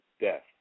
death